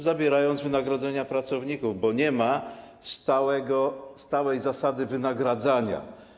Zabierają z wynagrodzenia pracowników, bo nie ma stałej zasady wynagradzania.